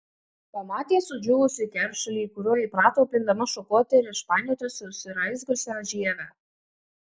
pamatė sudžiūvusį keršulį kuriuo įprato pindama šukuoti ir išpainioti susiraizgiusią žievę